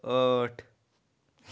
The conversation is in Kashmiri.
ٲٹھ